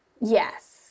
Yes